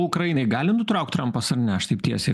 ukrainai gali nutraukt trampas ar ne aš taip tiesiai